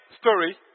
story